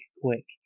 quick